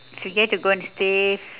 if you get to go and stay